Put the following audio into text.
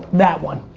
that one.